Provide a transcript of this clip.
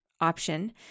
option